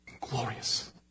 glorious